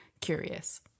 curious